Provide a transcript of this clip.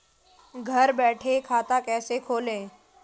घर बैठे खाता कैसे खोलें?